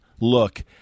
look